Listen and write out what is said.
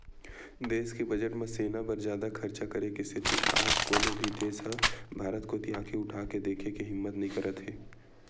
देस के बजट म सेना बर जादा खरचा करे के सेती आज कोनो भी देस ह भारत कोती आंखी उठाके देखे के हिम्मत नइ करत हे